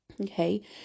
Okay